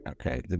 Okay